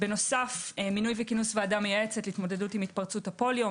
בנוסף מינוי וכינוס ועדה מייעצת להתמודדות עם התפרצות הפוליו.